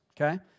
okay